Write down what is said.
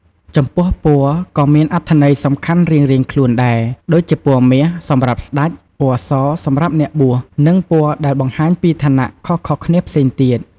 ចំពោះពណ៌ក៏មានអត្ថន័យសំខាន់រៀងៗខ្លួនដែរ ដូចជាពណ៌មាសសម្រាប់ស្តេច ពណ៌ស សម្រាប់អ្នកបួស នឹងពណ៌ដែលបង្ហាញពីឋានៈខុសៗគ្នាផ្សេងទៀត ។